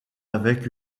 avec